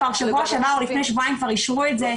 כבר בשבוע שעבר או לפני שבועיים כבר אישרו את זה,